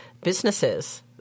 businesses